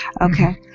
Okay